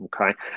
okay